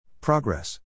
Progress